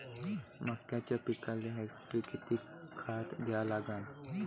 मक्याच्या पिकाले हेक्टरी किती खात द्या लागन?